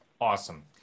Awesome